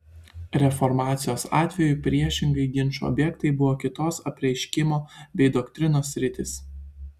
reformacijos atveju priešingai ginčų objektai buvo kitos apreiškimo bei doktrinos sritys